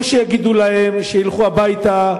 או שיגידו להם שילכו הביתה,